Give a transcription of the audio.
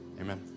Amen